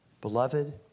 beloved